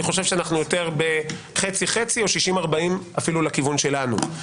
חושב שאנחנו יותר בחצי-חצי או ב-40-60 אפילו לכיוון שלנו.